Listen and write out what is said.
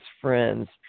friends